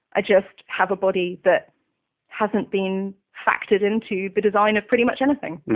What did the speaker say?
i just have a body that hasn't been factored into the design of pretty much anything.